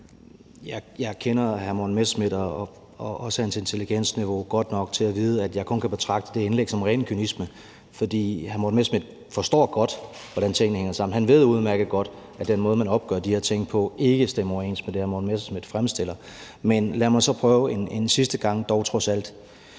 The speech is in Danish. Jeg kender hr. Morten Messerschmidt og også hans intelligensniveau godt nok til at vide, at jeg kun kan betragte det indlæg som ren kynisme, for hr. Morten Messerschmidt forstår godt, hvordan tingene hænger sammen, han ved udmærket godt, at den måde, man opgør de her ting på, ikke stemmer overens med det, hr. Morten Messerschmidt fremstiller. Men lad mig dog trods alt prøve en sidste gang: Vil det